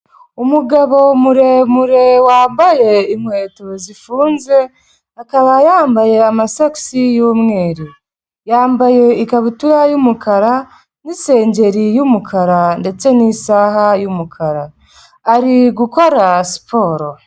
Umugabo muremure wambaye inkweto zifunze, akaba yambaye amasokisi y'umweru, yambaye ikabutura y'umukara n'isengeri y'umukara ndetse n'isaha y'umukara, ari gukora siporo.